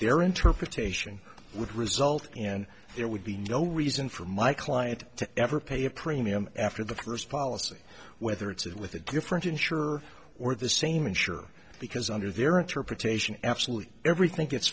their interpretation would result in there would be no reason for my client to ever pay a premium after the first policy whether it's in with a different insurer or the same insurer because under their interpretation absolutely every thin